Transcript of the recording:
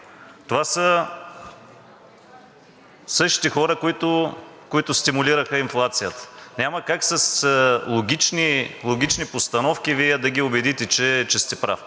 Това са същите хора, които стимулираха инфлацията. Няма как с логични постановки Вие да ги убедите, че сте прав.